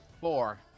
Four